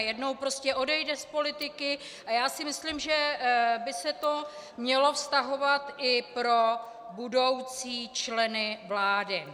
Jednou prostě odejde z politiky, a já si myslím, že by se to mělo vztahovat i pro budoucí členy vlády.